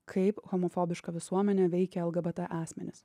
kaip homofobiška visuomenė veikia lgbt asmenis